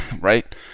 right